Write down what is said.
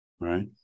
Right